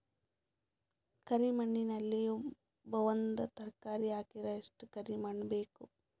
ಕರಿ ಮಣ್ಣಿನಲ್ಲಿ ಒಂದ ತರಕಾರಿ ಹಾಕಿದರ ಎಷ್ಟ ಕರಿ ಮಣ್ಣು ಬೇಕು?